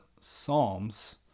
psalms